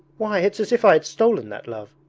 why, it's as if i had stolen that love!